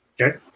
Okay